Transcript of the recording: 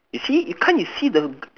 you see you can't you see the